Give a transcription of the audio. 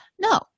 No